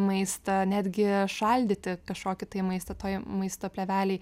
maistą netgi šaldyti kažkokį tai maistą toj maisto plėvelėj